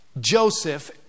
Joseph